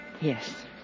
Yes